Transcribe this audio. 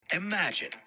Imagine